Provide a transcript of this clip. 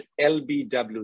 LBW